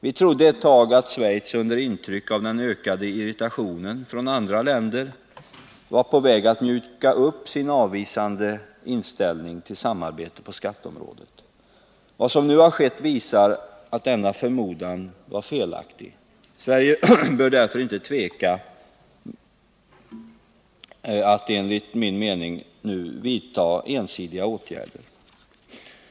Vi trodde ett tag att Schweiz under intryck av den ökande irritationen från andra länder var på väg att mjuka upp sin avvisande inställning till samarbete på skatteområdet. Vad som nu har skett visar att denna förmodan var felaktig. Sverige bör enligt min mening därför inte tveka att nu vidta ensidiga åtgärder.